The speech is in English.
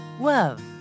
Love